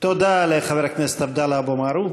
תודה לחבר הכנסת עבדאללה אבו מערוף.